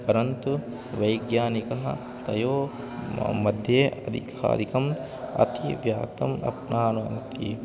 परन्तु वैज्ञानिकः तयोः म मध्ये अधिकाधिकम् अतिव्याप्तम् आप्नुवन्ति